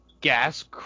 gas